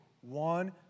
One